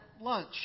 lunch